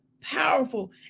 powerful